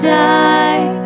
die